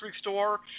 store